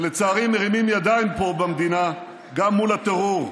ולצערי מרימים ידיים פה במדינה גם מול הטרור,